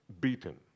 beaten